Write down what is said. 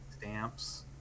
stamps